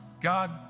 God